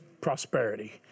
prosperity